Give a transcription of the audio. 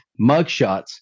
mugshots